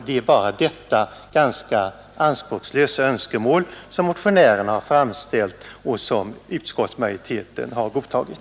Det är bara detta ganska anspråkslösa önskemål som motionärerna framställt och utskottsmajoriteten godtagit.